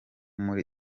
muri